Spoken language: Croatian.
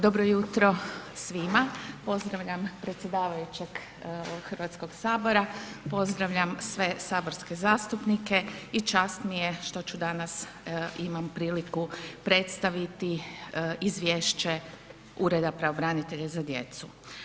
Dobro jutro svima, pozdravljam predsjedavajućeg Hrvatskog sabora, pozdravljam sve saborske zastupnike i čast mi je što ću danas i imam priliku predstaviti Izvješće Ureda pravobranitelja za djecu.